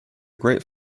great